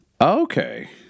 Okay